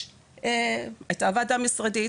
הייתה ועדה משרדית,